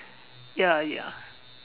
ya ya